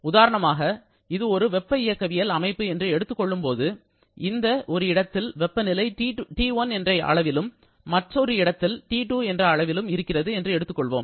உதாரணமாக இது ஒரு வெப்ப இயக்கவியல் அமைப்பு என்று எடுத்துக் கொள்ளும்போது இந்த ஒரு இடத்தில் வெப்பநிலை T1 என்ற அளவிலும் மற்றொரு இடத்தில் T2 என்ற அளவிலும் இருக்கிறது என்று எடுத்துக் கொள்வோம்